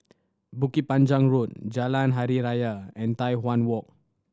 Bukit Panjang Road Jalan Hari Raya and Tai Hwan Walk